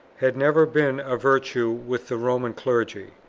had never been a virtue with the roman clergy.